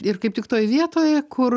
ir kaip tik toj vietoj kur